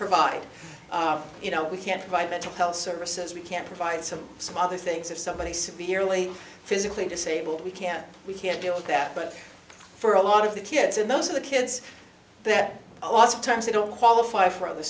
provide you know we can provide mental health services we can provide some some other things if somebody severely physically disabled we can we can deal with that but for a lot of the kids and those of the kids that a lot of times they don't qualify for the